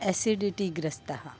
acidity ग्रस्तः